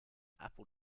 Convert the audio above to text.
apple